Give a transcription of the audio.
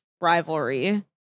rivalry